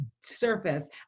surface